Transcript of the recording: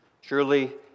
Surely